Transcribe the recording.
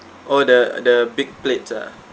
oh the the big plates ah